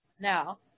Now